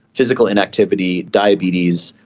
physical inactivity, diabetes,